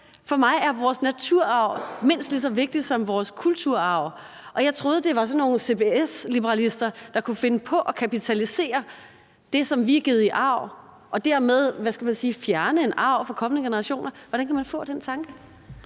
For mig er vores naturarv mindst lige så vigtig som vores kulturarv. Og jeg troede, at det var sådan nogle CBS-liberalister, der kunne finde på at kapitalisere det, som vi er givet i arv, og dermed fjerne en arv fra kommende generationer. Hvordan kan man få den tanke?